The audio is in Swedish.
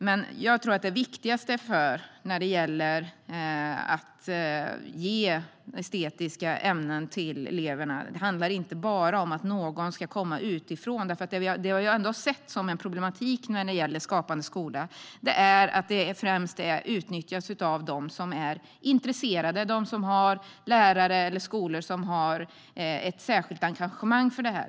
Det viktigaste när det gäller att ge eleverna tillgång till estetiska ämnen handlar dock inte bara om att någon ska komma utifrån. Det som har varit problematiskt med Skapande skola är att det främst utnyttjas av dem som är intresserade, som har lärare eller skolor som har ett särskilt engagemang.